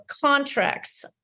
contracts